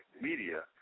media